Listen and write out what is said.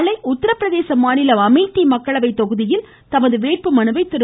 நாளை உத்தரப்பிரதேசம் மாநிலம் அமேதி மக்களவை தொகுதியில் தனது வேட்புமனுவை திரு